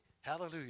Hallelujah